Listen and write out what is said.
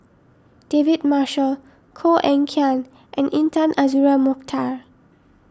David Marshall Koh Eng Kian and Intan Azura Mokhtar